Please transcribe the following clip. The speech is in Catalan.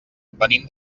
venim